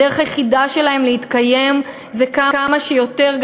הדרך היחידה שלהם להתקיים זה כמה שיותר,